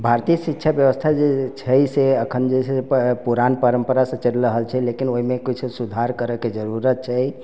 भारतीय शिक्षा व्यवस्था जे छै से एखन जे छै से पुरान परम्परासँ चलि रहल छै लेकिन ओइमे किछु सुधार करैके जरूरत छै